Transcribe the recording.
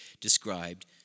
described